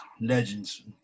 legends